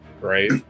right